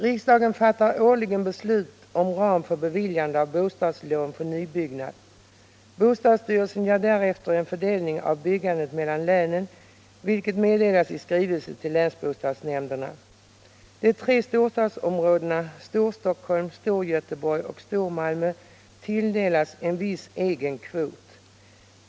Riksdagen fattar årligen beslut om ram för beviljande av bostadslån för nybyggnad. Bostadsstyrelsen gör därefter en fördelning av byggandet mellan länen, vilket meddelas i skrivelse till länsbostadsnämnderna. De tre storstadsområdena Storstockholm, Storgöteborg och Stormalmö tilldelas en viss egen kvot.